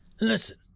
Listen